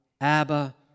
Abba